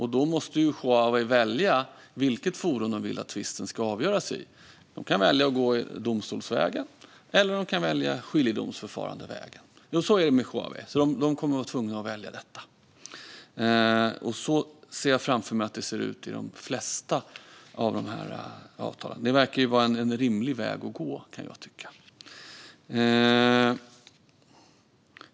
Huawei måste då välja i vilket forum de vill att tvisten ska avgöras. De kan välja domstolsvägen eller skiljedomsförfarandevägen. Så ligger det till med Huawei. De kommer att bli tvungna att välja mellan detta. Så här tror jag att det ser ut i de flesta avtal. Det verkar vara en rimlig väg att gå, tycker jag.